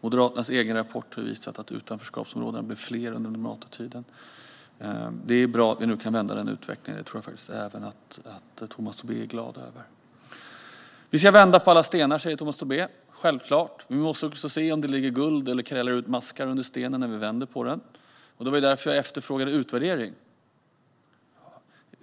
Moderaternas egen rapport har visat att utanförskapsområdena blev fler under den moderata tiden. Det är bra att vi nu kan vända denna utveckling. Det tror jag faktiskt att även Tomas Tobé är glad över. Vi ska vända på alla stenar, säger Tomas Tobé. Självklart, men vi måste också se om det ligger guld under stenen eller om det krälar ut maskar när vi vänder på den. Det var därför jag efterfrågade utvärdering.